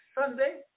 Sunday